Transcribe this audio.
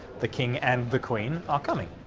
the king and the queen are coming!